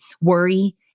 Worry